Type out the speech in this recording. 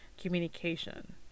communication